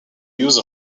use